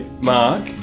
Mark